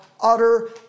utter